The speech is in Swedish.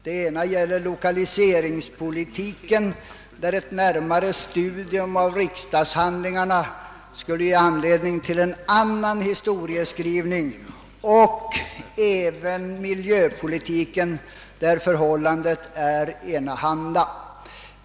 Beträffande lokaliseringspolitiken skulle ett närmare studium av riksdagshandlingarna ge anledning till en annan historieskrivning, och i fråga om miljöpolitiken är förhållandet enahanda.